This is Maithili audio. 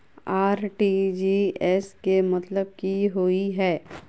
आर.टी.जी.एस केँ मतलब की होइ हय?